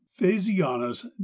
phasianus